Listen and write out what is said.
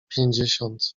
pięćdziesiąt